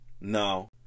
No